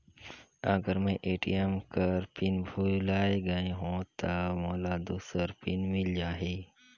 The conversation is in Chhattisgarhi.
अगर मैं ए.टी.एम कर पिन भुलाये गये हो ता मोला दूसर पिन मिल जाही?